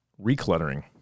recluttering